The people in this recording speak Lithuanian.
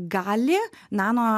gali nano